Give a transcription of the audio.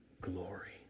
glory